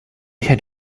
had